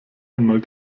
einmal